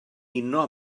uno